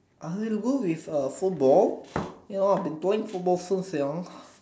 I will go with uh football ya ah they playing football field sia